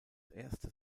erste